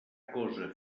cosa